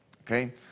Okay